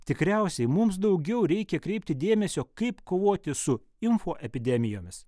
tikriausiai mums daugiau reikia kreipti dėmesio kaip kovoti su info epidemijomis